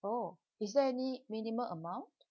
oh is there any minimum amount